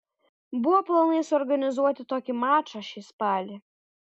buvo planai suorganizuoti tokį mačą šį spalį